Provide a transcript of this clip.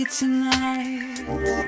tonight